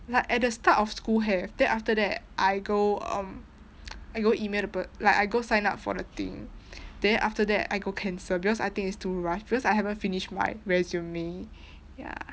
like at the start of school have then after that I go um I go email the per~ like I go sign up for the thing then after I go cancel because I think it's too rush because I haven't finish my resume ya